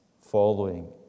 following